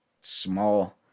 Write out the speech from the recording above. small